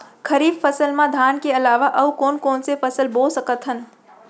खरीफ फसल मा धान के अलावा अऊ कोन कोन से फसल बो सकत हन?